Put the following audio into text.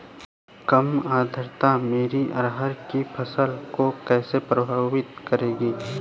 कम आर्द्रता मेरी अरहर की फसल को कैसे प्रभावित करेगी?